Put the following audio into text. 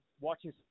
watching